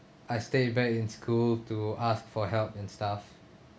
I stayed back in school to ask for help and stuff